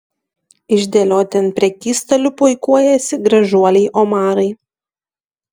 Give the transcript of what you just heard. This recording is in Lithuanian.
išdėlioti ant prekystalių puikuojasi gražuoliai omarai